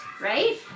right